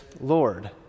Lord